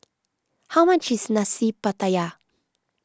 how much is Nasi Pattaya